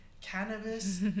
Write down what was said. cannabis